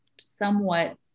somewhat